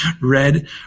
Red